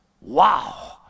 Wow